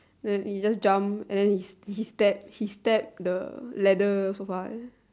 then he just jump and then he stab he stab the leather sofa eh